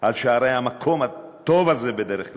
על שערי המקום הטוב הזה, בדרך כלל,